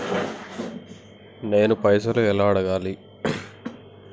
నేను పైసలు ఎలా అడగాలి?